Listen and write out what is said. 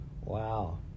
Wow